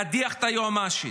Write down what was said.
להדיח את היועמ"שית.